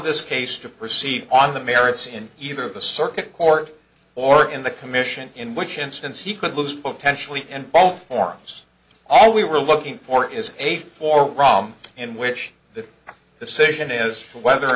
this case to proceed on the merits in either of the circuit court or in the commission in which instance he could lose potentially and all forms all we were looking for is a four rum in which the the situation is whether or